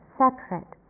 separate